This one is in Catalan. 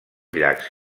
llacs